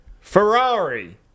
Ferrari